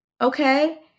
okay